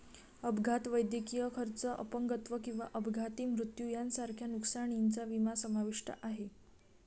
अपघात, वैद्यकीय खर्च, अपंगत्व किंवा अपघाती मृत्यू यांसारख्या नुकसानीचा विमा समाविष्ट आहे